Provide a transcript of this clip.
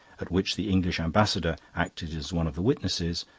at which the english ambassador acted as one of the witnesses,